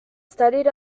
studied